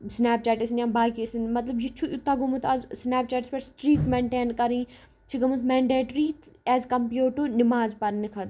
snap chat ٲسِن یا باقٕے ٲسِن مطلب یہِ چھُ یوٗتاہ گوٚمت آز سٕنیپ چیٹَس پٮ۪ٹھ سٕٹریٖک مٮ۪نٛٹین کَرٕنۍ چھِ گٔمٕژ مٮ۪نٛڈیٹری ایز کَمپِیٲڈ ٹُہ نِماز پَرنہِ کھۄتہٕ